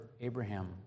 Abraham